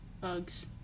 bugs